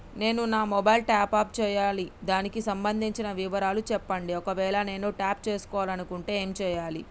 నేను నా mobile top up చేయాలి దానికి సంబంధించిన వివరాలు చెప్పండి ఒకవేళ నేను టాప్ చేసుకోవాలనుకుంటే ఏం చేయాలి?